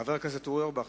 חבר הכנסת אורי אורבך,